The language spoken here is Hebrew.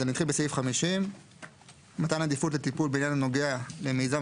אז אני אתחיל בסעיף 50. מתן עדיפות לטיפול בעניין הנוגע למיזם